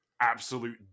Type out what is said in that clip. absolute